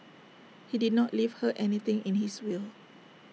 he did not leave her anything in his will